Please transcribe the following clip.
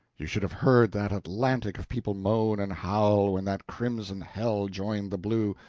you should have heard that atlantic of people moan and howl when that crimson hell joined the blue!